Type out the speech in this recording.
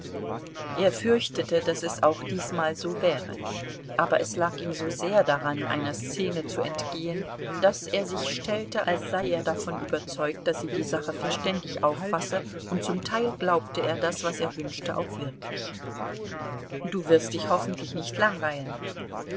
er fürchtete daß es auch diesmal so wäre aber es lag ihm so sehr daran einer szene zu entgehen daß er sich stellte als sei er davon überzeugt daß sie die sache verständig auffasse und zum teil glaubte er das was er wünschte auch wirklich du wirst dich hoffentlich nicht langweilen